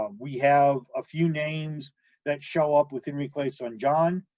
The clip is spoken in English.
um we have a few names that show up with henry clay's son, john,